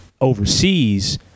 overseas